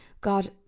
god